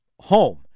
home